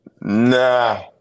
Nah